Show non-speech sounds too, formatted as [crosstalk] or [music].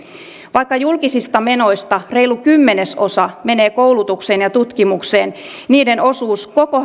vaikka julkisista menoista reilu kymmenesosa menee koulutukseen ja tutkimukseen niiden osuus koko [unintelligible]